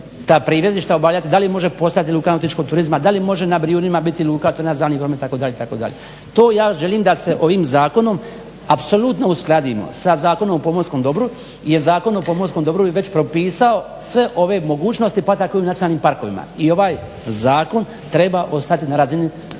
ta privezišta obavljati, da li može postojati luka nautičkog turizma, da li može na Brijunima biti luka otvorena za … promet itd. To ja želim da se ovim zakonom apsolutno uskladimo sa Zakonom o pomorskom dobru jer Zakon o pomorskom dobru je već propisao sve ove mogućnosti pa tako i u nacionalnim parkovima. I ovaj zakon treba ostati na razini